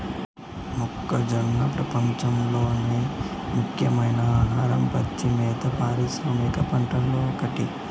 మొక్కజొన్న ప్రపంచంలోని ముఖ్యమైన ఆహార, పచ్చి మేత పారిశ్రామిక పంటలలో ఒకటి